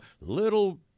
little